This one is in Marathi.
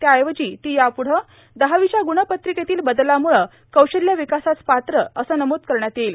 त्याऐकजी ती यापुढं दहावीच्या गुणपत्रिकेतील बदलामुळं क्रौशल्य विकासास पात्र असे नम्रद करण्यात येईल